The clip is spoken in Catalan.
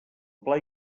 pla